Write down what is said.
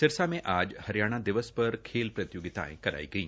सिरसा में आज हरियाणा दिवस पर खेल प्रतियोगितायों करवाई गई